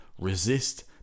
resist